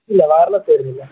ഇല്ല വയർലെസ്സ് വരുന്നില്ല